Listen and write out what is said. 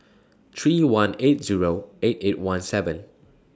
three one eight Zero eight eight one seven